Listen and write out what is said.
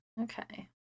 okay